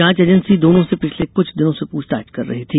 जांच एजेंसी दोनों से पिछले कुछ दिनों से पूछताछ कर रही थी